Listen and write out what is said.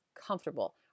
comfortable